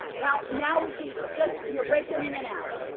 now now we can, just, you're breaking in and out.